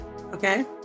okay